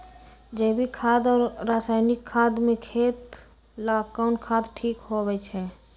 जैविक खाद और रासायनिक खाद में खेत ला कौन खाद ठीक होवैछे?